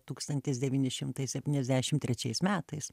tūkstantis devyni šimtai septyniasdešim trečiais metais